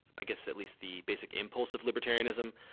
i guess at least the basic impulse of libertarianism.